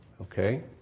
Okay